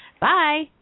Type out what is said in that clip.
Bye